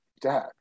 dad